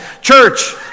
Church